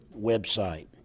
website